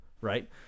right